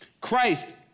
Christ